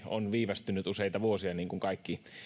on viivästynyt useita vuosia niin kuin kaikki